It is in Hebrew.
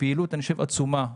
בפעילות עצומה.